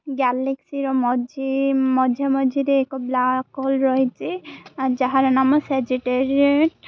ଗ୍ୟାଲେକ୍ସିର ମଝି ମଝିଆମଝିରେ ଏକ ବ୍ଲାକହୋଲ ରହିଛି ଯାହାର ନାମ ସେଜିଟେରିଏଟ୍